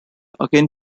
again